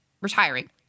retiring